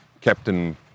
captain